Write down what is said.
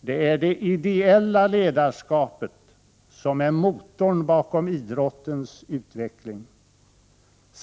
Det är det ideella ledarskapet som är motorn bakom idrottens utveckling.